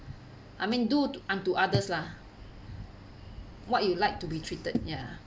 I mean do t~ unto others lah what you'd like to be treated ya